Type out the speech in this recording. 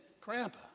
Grandpa